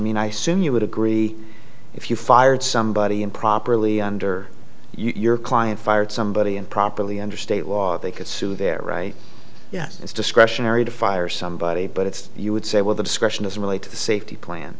mean i soon you would agree if you fired somebody improperly under your client fired somebody improperly under state law they could sue their right yes it's discretionary to fire somebody but it's you would say well the discretion of the relate to the safety plan